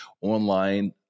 online